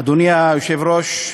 אדוני היושב-ראש,